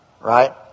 Right